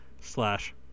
Slash